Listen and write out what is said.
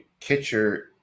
kitcher